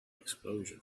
explosion